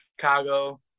Chicago